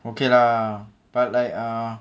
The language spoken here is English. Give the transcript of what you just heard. okay lah but like uh